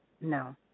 No